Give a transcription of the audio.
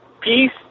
Peace